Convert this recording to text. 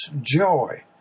joy